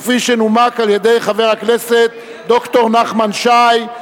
שנומקה על-ידי חבר הכנסת ד"ר נחמן שי.